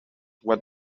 what